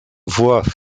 voie